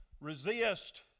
resist